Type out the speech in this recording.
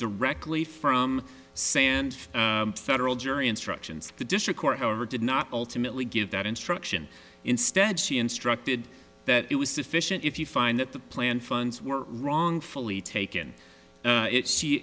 directly from sand federal jury instructions the district court however did not ultimately give that instruction instead she instructed that it was sufficient if you find that the planned funds were wrongfully taken she i